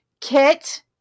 Kit